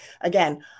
again